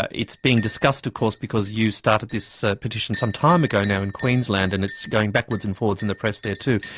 ah it's being discussed of course because you started this petition some time ago now in queensland, and it's going backwards and forwards in the press there too.